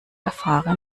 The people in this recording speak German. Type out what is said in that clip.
erfahre